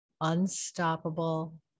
Unstoppable